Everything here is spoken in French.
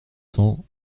cents